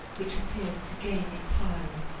which appeared to gain in size,